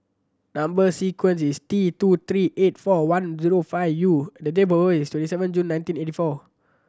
number sequence is T two three eight four one zero five U and the date is seven June nineteen eighty four